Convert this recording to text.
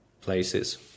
places